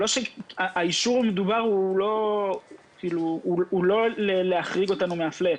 האישור המדובר הוא לא להחריג אותנו מהפלאט.